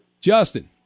Justin